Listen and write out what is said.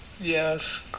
Yes